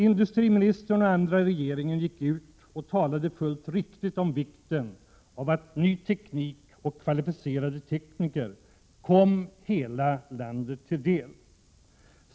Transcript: Industriministern och andra i regeringen gick ut och talade fullt riktigt om vikten av att ny teknik och kvalificerade tekniker kom hela landet till del.